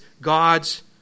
God's